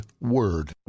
word